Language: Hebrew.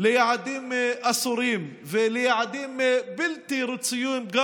ליעדים אסורים וליעדים בלתי רצויים גם